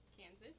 Kansas